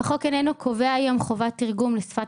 החוק אינו קובע היום חובת תרגום לשפת